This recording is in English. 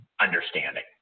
understanding